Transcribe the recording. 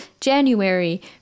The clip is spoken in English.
January